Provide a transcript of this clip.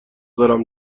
دارم